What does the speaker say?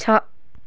छ